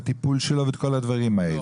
הטיפול שלו ואת כל הדברים האלה.